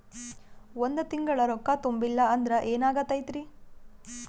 ಒಂದ ತಿಂಗಳ ರೊಕ್ಕ ತುಂಬಿಲ್ಲ ಅಂದ್ರ ಎನಾಗತೈತ್ರಿ?